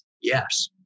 Yes